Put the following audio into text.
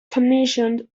commissioned